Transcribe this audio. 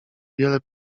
wiele